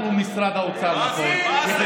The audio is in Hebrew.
אנחנו, משרד האוצר, מה זה?